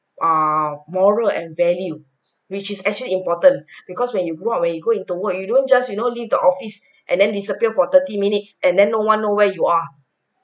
err moral and value which is actually important because when you grew up when you go into work you don't just you know leave the office and then disappear for thirty minutes and then no one know where you are